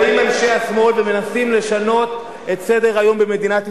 באים אנשי השמאל ומנסים לשנות את סדר-היום במדינת ישראל.